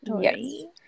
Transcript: Yes